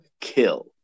Kill